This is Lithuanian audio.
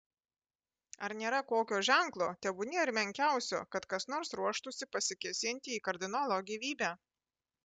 ar nėra kokio ženklo tebūnie ir menkiausio kad kas nors ruoštųsi pasikėsinti į kardinolo gyvybę